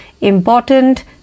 Important